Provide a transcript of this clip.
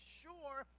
sure